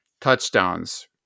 touchdowns